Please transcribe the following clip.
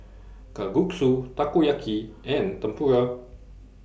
Kalguksu Takoyaki and Tempura